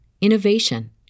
innovation